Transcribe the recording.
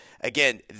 Again